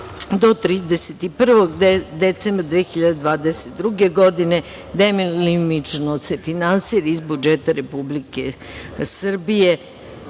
do 31. decembra 2022. godine delimično se finansira iz budžeta Republike Srbije,